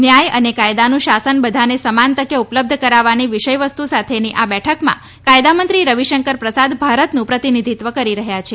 ન્યાય અને કાયદાનું શાસન બધાને સમાન તકે ઉપલબ્ધ કરાવવાની વિષય વસ્તુ સાથેની આ બેઠકમાં કાયદામંત્રી રવિશંકર પ્રસાદ ભારતનું પ્રતિભિધિત્વ કરી રહ્યા છે